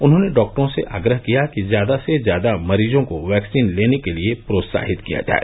उन्होंने डॉक्टरों से आग्रह किया कि ज्यादा से ज्यादा मरीजों को वैक्सीन लेने के लिए प्रोत्साहित किया जाए